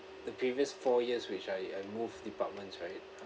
the previous four years which I I move departments right